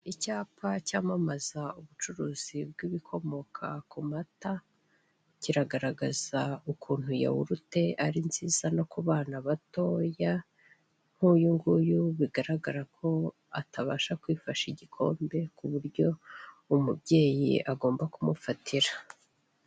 Icyapa cyamamaza ubucuruzi bw'ibikomoka ku mata, kiragaragaza ukuntu yahurute ari nziza no ku bana batoya, nk'uyunguyu bigaragara ko atabasha kwifasha igikombe, ku buryo umubyeyi agomba kumufatira.